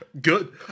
Good